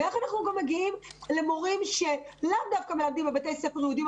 ואיך אנחנו מגיעים גם למורים שלאו דווקא מלמדים בבתי ספר יהודיים,